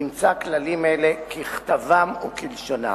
אימצה כללים אלה ככתבם וכלשונם.